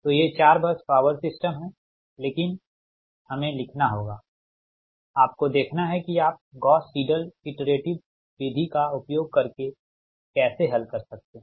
तो ये 4 bus power system हैं लेकिन हमें लिखना होगाआपको देखना है कि आप गॉस सिडल इटरेटिव विधि का उपयोग करके कैसे हल कर सकते हैं